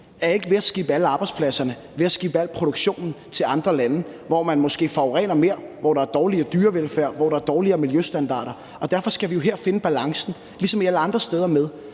er ikke ved at skippe alle arbejdspladser, ved at skippe al produktion til andre lande, hvor man måske forurener mere, og hvor der er dårligere dyrevelfærd og dårligere miljøstandarder. Derfor skal vi jo her finde balancen – ligesom alle andre steder –